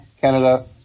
Canada